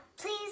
please